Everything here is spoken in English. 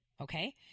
okay